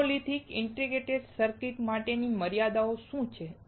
monolithic integrated circuits માટેની મર્યાદાઓ શું છે